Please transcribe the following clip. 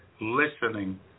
listening